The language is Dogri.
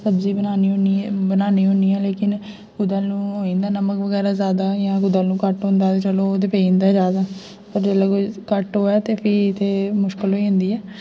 सब्जी बनानी होनी आं लेकिन कुदै लून होई दा नमक बगैरा जादा जां ते घट्ट होंदा चलो ओह् ते पेई दा पर जेल्लै कोई घट्ट होऐ ते फ्ही ते मुश्कल होई जंदी ऐ